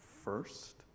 first